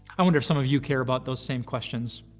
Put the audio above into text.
i wonder if some of you care about those same questions?